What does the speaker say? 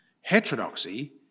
Heterodoxy